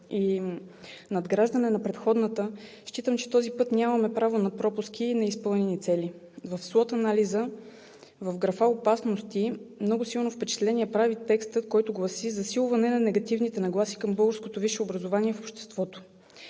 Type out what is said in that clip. и надграждане на предходната, считам, че този път нямаме право на пропуски и неизпълнени цели. В слот анализа, в графа „опасности“, много силно впечатление прави текстът, който гласи: „засилване на негативните нагласи към българското висше образование в обществото“.